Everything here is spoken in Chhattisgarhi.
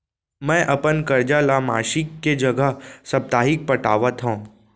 मै अपन कर्जा ला मासिक के जगह साप्ताहिक पटावत हव